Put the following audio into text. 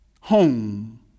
home